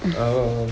and err